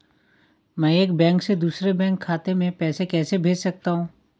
मैं एक बैंक से दूसरे बैंक खाते में पैसे कैसे भेज सकता हूँ?